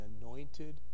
anointed